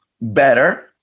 better